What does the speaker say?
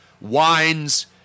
wines